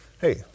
hey